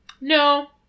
No